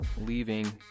leaving